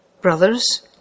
Brothers